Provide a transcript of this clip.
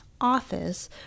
office